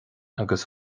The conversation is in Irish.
agus